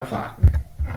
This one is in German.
erwarten